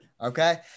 okay